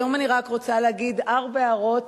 היום אני רק רוצה להגיד ארבע הערות